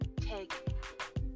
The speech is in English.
take